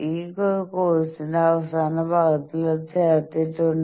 ഈ കോഴ്സിന്റെ അവസാനഭാഗത്തിൽ അത് ചെർത്തിട്ടുണ്ടുണ്ട്